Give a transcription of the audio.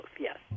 yes